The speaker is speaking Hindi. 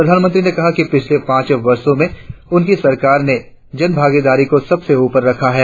प्रधानमंत्री ने कहा कि पिछले पांच वर्षों में उनकी सरकार ने जन भागीदारी को सबसे ऊपर रखा है